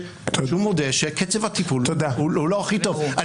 שהוא מודה שקצב הטיפול הוא לא הכי טוב.